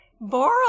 borrow